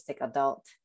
adult